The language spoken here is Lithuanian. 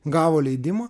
gavo leidimą